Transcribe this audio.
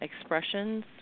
expressions